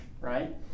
right